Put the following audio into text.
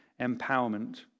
empowerment